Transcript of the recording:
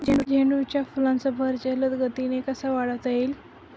झेंडू फुलांचा बहर जलद गतीने कसा वाढवता येईल?